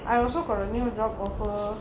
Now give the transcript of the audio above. I also got a new job offer